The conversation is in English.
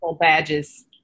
badges